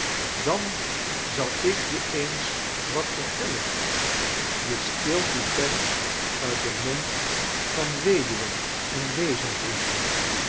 dan zal ik je eens wat verkerstvertellingen tellen je steelt die pens uit den mond van weduwen en weezen vrindje